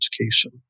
education